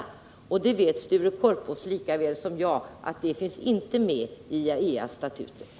Sture Korpås vet lika väl som jag att det inte finns med i IAEA:s statuter.